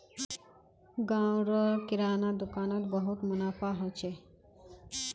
गांव र किराना दुकान नोत बहुत मुनाफा हो छे